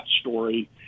story